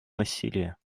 насилия